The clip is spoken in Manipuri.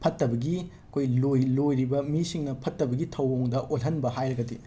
ꯐꯠꯇꯕꯒꯤ ꯑꯩꯈꯣꯏ ꯂꯣꯏ ꯂꯣꯏꯔꯤꯕ ꯃꯤꯁꯤꯡꯅ ꯐꯠꯇꯕꯒꯤ ꯊꯧꯑꯣꯡꯗ ꯑꯣꯜꯍꯟꯕ ꯍꯥꯏꯔꯒꯗꯤ